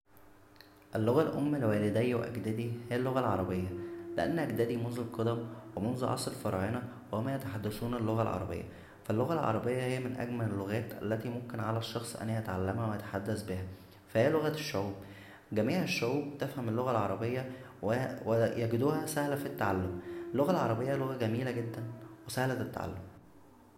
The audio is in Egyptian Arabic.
اللغه الام لوالدى واجدادى هى اللغه العربيه لان اجدادى منذ القدم و منذ عصر الفراعنه وهم يتحدثون اللغه العربيه فاللغه العربيه هى من اجمل اللغات التى ممكن على الشخص ان يتعلمها وان يتحدث بها فهى لغة الشعوب جميع الشعوب تفهم اللغة العربيه ويجدوها سهله فى التعلم اللغة العربيه هى لغة جميلة جدا و سهلة التعلم